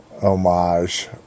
homage